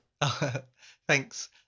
Thanks